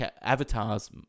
avatars